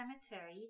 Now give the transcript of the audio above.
Cemetery